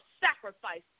sacrifice